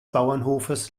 bauernhofes